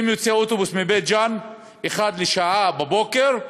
יוצא אוטובוס מבית-ג'ן אחת לשעה בבוקר,